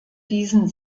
diesen